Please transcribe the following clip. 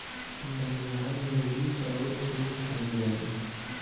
बंगाल मे भी चाउर खूब खाइल जाला